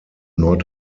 nord